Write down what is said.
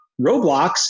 Roblox